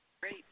Great